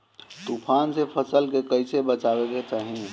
तुफान से फसल के कइसे बचावे के चाहीं?